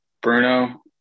Bruno